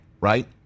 right